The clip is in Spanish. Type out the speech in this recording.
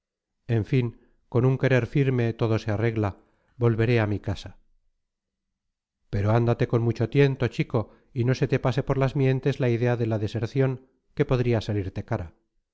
en fin con un querer firme todo se arregla volveré a mi casa pero ándate con mucho tiento chico y no se te pase por las mientes la idea de la deserción que podría salirte cara